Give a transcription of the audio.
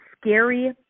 scary